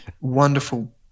wonderful